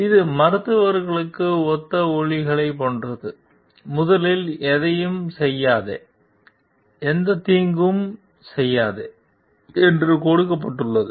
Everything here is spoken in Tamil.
இது மருத்துவர்களுக்கு ஒத்த ஒலிகளைப் போன்றது முதலில் எதையும் செய்யாதே எந்தத் தீங்கும் செய்யாதே என்று கொடுக்கப்பட்டுள்ளது